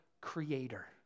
creator